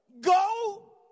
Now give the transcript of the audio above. Go